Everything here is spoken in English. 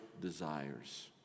desires